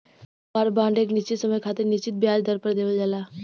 वार bond एक निश्चित समय खातिर निश्चित ब्याज दर पर देवल जाला